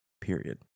period